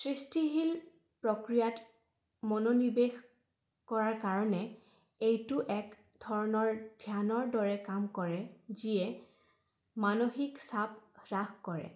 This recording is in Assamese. সৃষ্টিশীল প্ৰক্ৰিয়াত মনোনিৱেশ কৰাৰ কাৰণে এইটো এক ধৰণৰ ধ্যানৰ দৰে কাম কৰে যিয়ে মানসিক চাপ হ্ৰাস কৰে